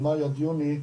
במאי עד יוני,